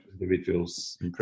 individuals